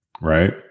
Right